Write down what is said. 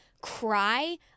cry